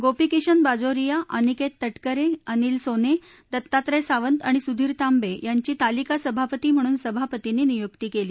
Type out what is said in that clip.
गोपिकीशन बाजोरिया अनिकेत तटकरे अनिल सोले दत्तात्रय सावंत आणि सुधीर तांबे यांची तालिका सभापती म्हणून सभापतींनी नियुक्ती केली